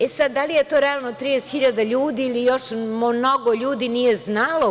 E, sad, da li je to realno da 30 hiljada ljudi ili još mnogo ljudi nije znalo uopšte…